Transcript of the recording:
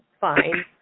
fine